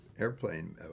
airplane